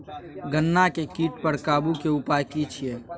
गन्ना के कीट पर काबू के उपाय की छिये?